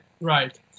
right